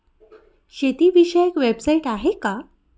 शेतीविषयक वेबसाइट आहे का?